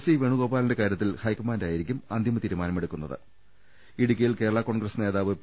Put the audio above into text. C വേണുഗോപാ ലിന്റെ കാര്യത്തിൽ ഹൈക്കമാൻഡായിരിക്കും അന്തിമ തീരുമാനം എടുക്കു ഇടുക്കിയിൽ കേരള കോൺഗ്രസ് നേതാവ് പി